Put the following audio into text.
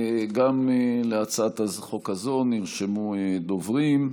גם להצעת החוק הזאת נרשמו דוברים.